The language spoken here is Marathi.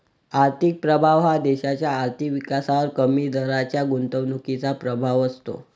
आर्थिक प्रभाव हा देशाच्या आर्थिक विकासावर कमी दराच्या गुंतवणुकीचा प्रभाव असतो